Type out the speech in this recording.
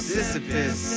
Sisyphus